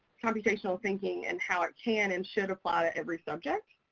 computational thinking and how it can and should apply to every subject.